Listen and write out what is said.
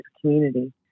community